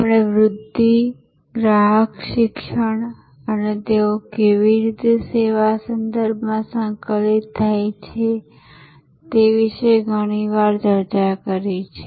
આપણે વૃધ્ધિ ગ્રાહક શિક્ષણ અને તેઓ કેવી રીતે સેવા સંદર્ભમાં સંકલિત થાય છે તે વિશે પણ ઘણી વાર ચર્ચા કરી છે